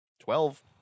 Twelve